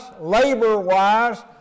labor-wise